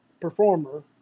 performer